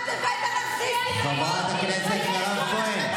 את משקרת, את הבאת לפה את האנרכיסטים.